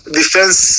defense